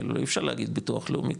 אי אפשר להגיד ביטוח לאומי,